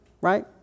right